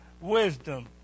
wisdom